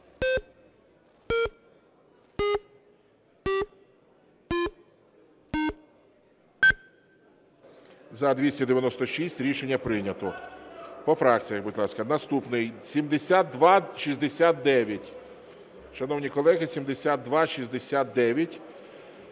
За-296 Рішення прийнято. По фракціях, будь ласка. Наступний 7269. Шановні колеги, 7269.